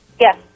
Yes